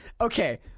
Okay